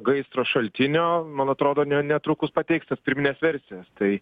gaisro šaltinio man atrodo ne netrukus pateiks tas pirmines versijas tai